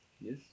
Yes